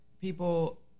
people